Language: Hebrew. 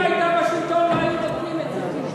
כשקדימה היתה בשלטון לא היו נותנים את זה.